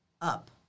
up